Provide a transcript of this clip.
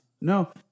No